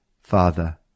Father